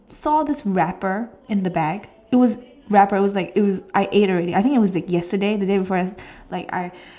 he saw this wrapper in the bag it was wrapper it was like it was I ate already I think it was yesterday the day before yesterday like I